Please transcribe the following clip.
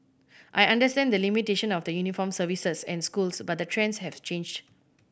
I understand the limitation of the uniformed services and schools but the trends have changed